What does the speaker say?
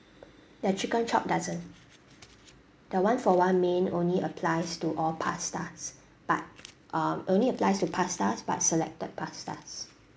the chicken chop doesn't the one-for-one main only applies to all pastas but um only applies to pastas but selected pastas